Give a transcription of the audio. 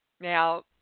Now